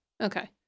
Okay